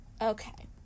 okay